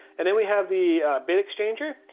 and then we have the bit exchanger,